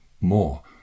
more